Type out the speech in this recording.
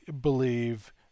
believe